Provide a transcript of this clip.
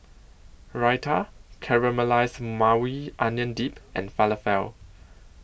Raita Caramelized Maui Onion Dip and Falafel